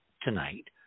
tonight